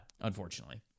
unfortunately